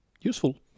useful